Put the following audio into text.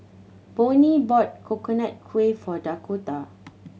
Bonnie bought Coconut Kuih for Dakotah